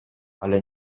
ale